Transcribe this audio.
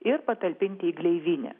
ir patalpinti į gleivinę